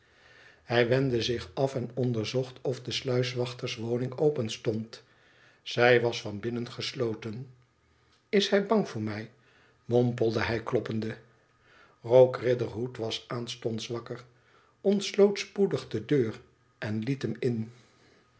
hij wendde zich af en onderzocht of de sluiswachterswoning openstond zij was van binnen gesloten is hij bang voor mij mompelde hij kloppende rogue riderhood was aanstonds wakker ontsloot spoedig de deur en liet hem in